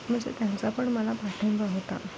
म्हणजे त्यांचा पण मला पाठिंबा होता